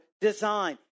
design